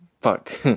fuck